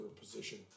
position